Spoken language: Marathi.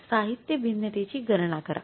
साहित्य भिन्नतेची गणना करा